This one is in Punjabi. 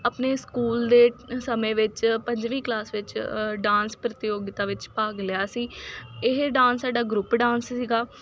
ਆਪਣੇ ਸਕੂਲ ਦੇ ਸਮੇਂ ਵਿੱਚ ਆਪਾਂ ਜਿਹੜੀ ਕਲਾਸ ਵਿੱਚ ਡਾਂਸ ਪ੍ਰਤਿਯੋਗਿਤਾ ਵਿੱਚ ਭਾਗ ਲਿਆ ਸੀ ਇਹ ਡਾਂਸ ਸਾਡਾ ਗਰੁੱਪ ਡਾਂਸ ਸੀਗਾ